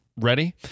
ready